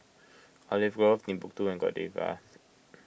Olive Grove Timbuk two and Godiva